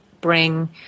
bring